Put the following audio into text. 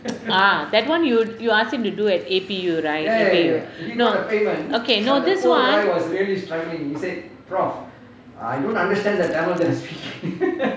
ah that [one] you you asked him to do at A_P_U right A_P_U no okay no this [one]